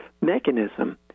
mechanism